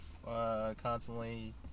Constantly